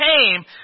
came